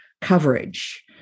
coverage